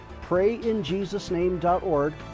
PrayInJesusName.org